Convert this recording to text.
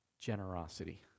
generosity